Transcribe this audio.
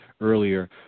earlier